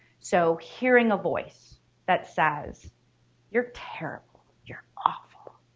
so, hearing a voice that says you're terrible you're awful.